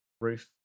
roof